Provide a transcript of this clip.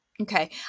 okay